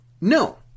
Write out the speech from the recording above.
No